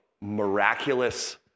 miraculous